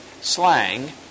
slang